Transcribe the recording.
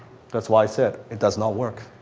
that's why i said it does not work.